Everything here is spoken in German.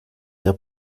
der